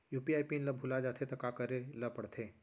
UPI PIN ल भुला जाथे त का करे ल पढ़थे?